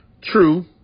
True